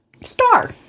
Star